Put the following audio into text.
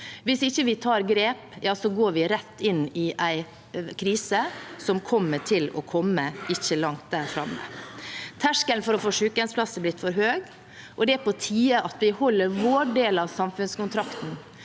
Hvis vi ikke tar grep, går vi rett inn i en krise som kommer til å komme ikke langt fram i tid. Terskelen for å få sykehjemsplass er blitt for høy. Det er på tide at vi holder vår del av samfunnskontrakten.